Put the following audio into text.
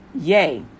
Yay